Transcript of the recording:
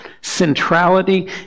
centrality